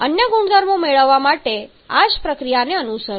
અને અન્ય ગુણધર્મો મેળવવા માટે આ જ પ્રક્રિયાને અનુસરો